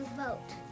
vote